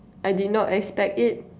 I did not expect it